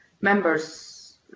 members